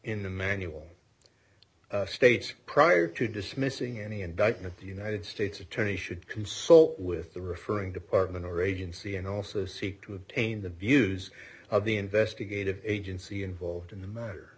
in the manual states prior to dismissing any indictment the united states attorney should consult with the referring to parchman or agency and also seek to obtain the views of the investigative agency involved in the matter